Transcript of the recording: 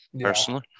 personally